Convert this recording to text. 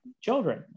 children